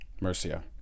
mercia